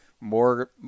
More